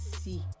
see